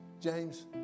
James